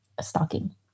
stocking